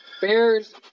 Bears